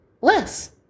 less